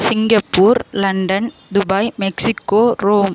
Singapore London Dubai Mexico Rome